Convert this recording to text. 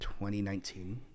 2019